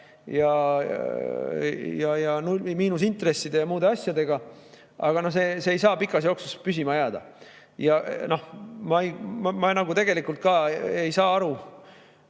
ja miinusintresside ja muude asjadega, aga see ei saa pikas jooksus püsima jääda. Ja ma tegelikult ka ei saa aru,